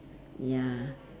ya